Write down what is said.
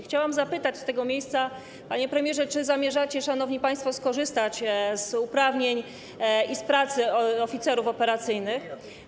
Chciałam zapytać z tego miejsca, panie premierze, czy zamierzacie, szanowni państwo, skorzystać z uprawnień i z pracy oficerów operacyjnych.